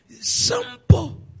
simple